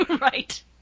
Right